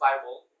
Bible